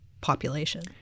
population